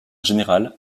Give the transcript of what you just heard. générale